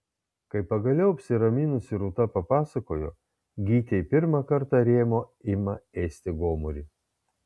kai pagaliau apsiraminusi rūta papasakojo gytei pirmą kartą rėmuo ima ėsti gomurį